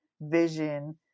vision